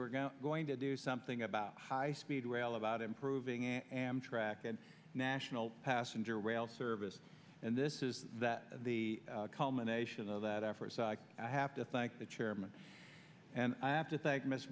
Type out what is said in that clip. to going to do something about high speed rail about improving amtrak and national passenger rail service and this is that the culmination of that effort i have to thank the chairman and i have to thank m